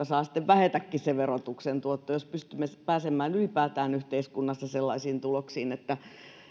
saa sitten vähetäkin verotuksen tuotto jos pystymme pääsemään ylipäätään yhteiskunnassa sellaisiin tuloksiin että